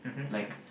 like